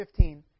15